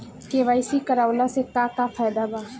KYC करवला से का का फायदा बा?